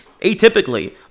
atypically